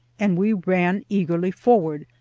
and we ran eagerly forward,